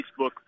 Facebook